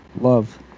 Love